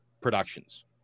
productions